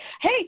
Hey